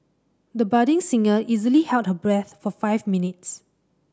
the budding singer easily held her breath for five minutes